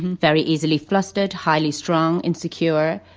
very easily flustered, highly strung, insecure,